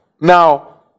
Now